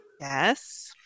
Yes